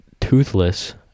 Toothless